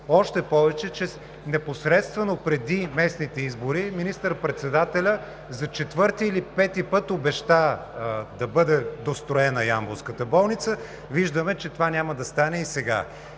Още повече че непосредствено преди местните избори министър-председателят за четвърти или пети път обеща да бъде достроена ямболската болница, виждаме, че това няма да стане и сега.